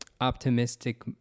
optimistic